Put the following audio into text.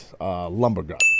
Lumbergut